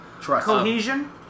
cohesion